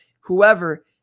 whoever